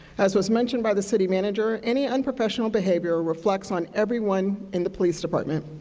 as was mentioned by the city manager, any unprofessional behavior reflects on everyone in the police department.